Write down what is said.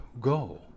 go